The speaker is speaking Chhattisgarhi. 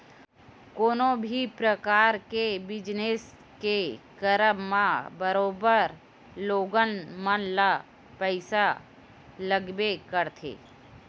कोनो भी परकार के बिजनस के करब म बरोबर लोगन मन ल पइसा लगबे करथे